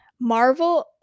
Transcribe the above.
Marvel